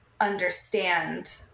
understand